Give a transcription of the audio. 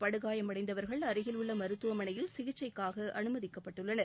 படுகாயமடைந்தவர்கள் அருகில் உள்ள மருத்துவமனையில் சிகிச்சைக்காக அனுமதிக்கப்பட்டுள்ளனர்